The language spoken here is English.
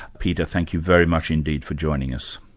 peter, thank you very much indeed for joining us.